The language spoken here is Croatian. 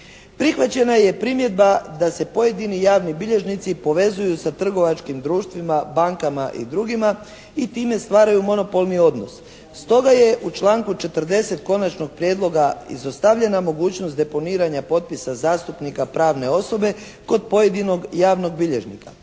«Prihvaćena je primjedba da se pojedini javni bilježnici povezuju sa trgovačkim društvima, bankama i drugima i time stvaraju monopolni odnos. Stoga je u članku 40. Konačnog prijedloga izostavljena mogućnost deponiranja potpisa zastupnika pravne osobe kod pojedinog javnog bilježnika.